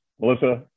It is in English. Melissa